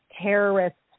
terrorists